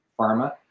pharma